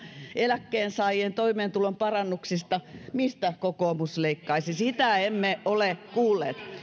eläkkeensaajien toimeentulon parannuksista mistä kokoomus leikkaisi sitä emme ole kuulleet